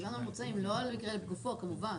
דיברנו על ממוצעים, לא על מקרה לגופו, כמובן.